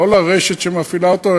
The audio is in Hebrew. לא לרשת שמפעילה אותו,